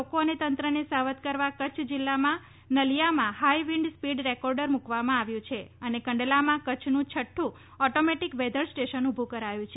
લોકો અને તંત્રને સાવધ કરવા કચ્છ જીલ્લામાં નલિયામાં હાઇ વિન્ડ સ્પીડ રેકોર્ડર મુકવામાં આવ્યું છે અને કંડલામાં કચ્છનું છઠ્ઠું ઓટોમેટિક વેધર સ્ટેશન ઊભું કરાયું છે